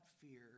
fear